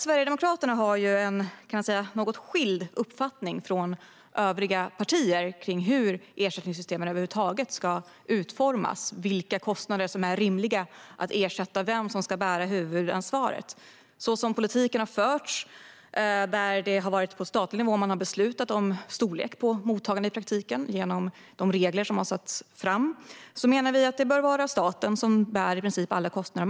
Sverigedemokraternas uppfattning skiljer sig något från övriga partiers när det gäller hur ersättningssystemet ska utformas över huvud taget, vilka kostnader som är rimliga att ersätta och vem som ska bära huvudansvaret. På det sätt som politiken har förts, att man på statlig nivå har beslutat om storlek på mottagandet i praktiken genom de regler som har satts, menar vi att staten bör bära alla kostnader.